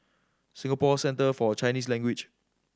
Singapore Centre For Chinese Language